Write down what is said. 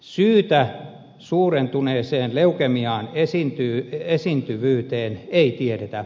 syytä suurentuneeseen leukemian esiintyvyyteen ei tiedetä